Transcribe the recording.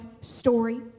story